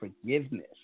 forgiveness